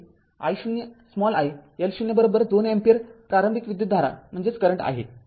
तरती I0 i L0 २ ampere प्रारंभिक विद्युतधारा आहे